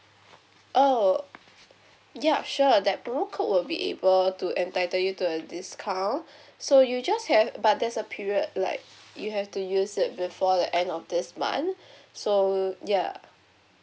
oh yup sure that promo code will be able to entitle you to a discount so you just have but there's a period like you have to use it before the end of this month so ya